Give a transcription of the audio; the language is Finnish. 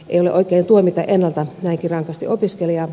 ei ole oikein tuomita ennalta näinkin rankasti opiskelijaa